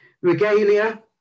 Regalia